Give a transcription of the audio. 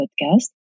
podcast